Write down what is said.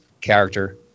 character